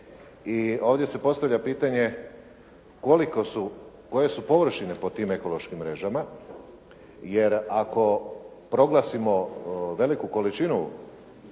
i ovdje se postavlja pitanje koje su površine pod tim ekološkim mrežama, jer ako proglasimo veliku količinu,